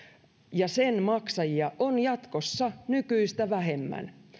ja niiden maksajia on jatkossa nykyistä vähemmän